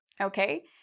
Okay